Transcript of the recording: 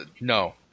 No